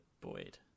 Boyd